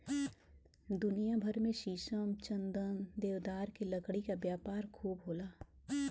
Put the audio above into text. दुनिया भर में शीशम, चंदन, देवदार के लकड़ी के व्यापार खूब होला